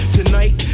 tonight